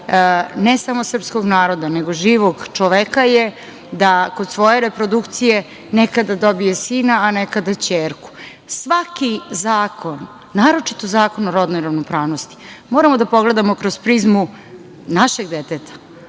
ne samo srpskog naroda, nego živog čoveka je da kod svoje reprodukcije nekada dobije sina, a nekada ćerku. Svaki zakon, naročito Zakon o rodnoj ravnopravnosti, moramo da pogledamo kroz prizmu našeg deteta.